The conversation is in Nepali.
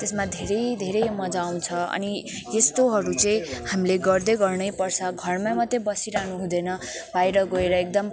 त्यसमा धेरै धेरै मज्जा आउँछ अनि यस्तोहरू चाहिँ हामीले गर्दै गर्नै पर्छ घरमा मात्रै बसिरहनु हुँदैन बाहिर गएर एकदम